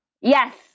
Yes